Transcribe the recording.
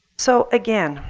so again,